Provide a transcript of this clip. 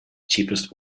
cheapest